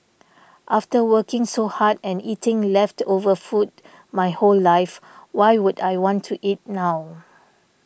after working so hard and eating leftover food my whole life why would I want to eat it now